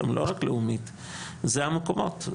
לא רק לאומית, אלה המקומות.